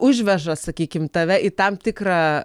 užveža sakykim tave į tam tikrą